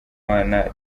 bana